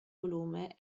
volume